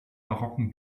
barocken